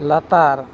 ᱞᱟᱛᱟᱨ